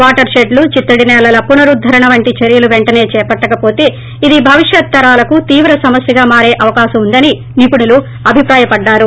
water షెడ్టులు చిత్తడి నేలల పునరుద్దణ వంటి చర్వలు పెంటసే చేపట్లకపోతే ఇది భవిష్యత్ తరాలకు తీవ్ర సమస్యగా మారే అవకాశం వుందని నిపుణులు అభిప్రాయపడ్లారు